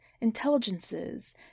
intelligences